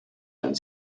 and